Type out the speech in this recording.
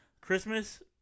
Christmas